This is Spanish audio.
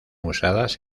usadas